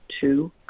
two